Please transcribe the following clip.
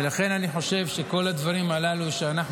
ולכן אני חושב שכל הדברים הללו שאנחנו